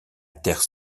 terre